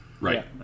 right